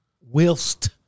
Whilst